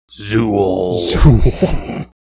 Zool